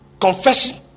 confession